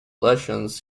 lesions